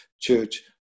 church